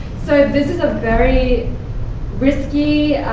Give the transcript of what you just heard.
so this is a very risky,